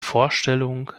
vorstellung